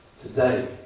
Today